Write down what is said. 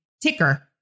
ticker